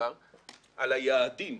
לגבי היעדים,